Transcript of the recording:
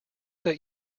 that